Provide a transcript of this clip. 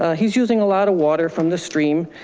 he's using a lot of water from the stream.